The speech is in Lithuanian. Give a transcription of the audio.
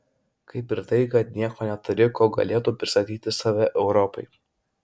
kaip ir tai kad nieko neturi kuo galėtų pristatyti save europai